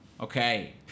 Okay